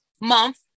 month